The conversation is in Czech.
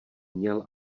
měl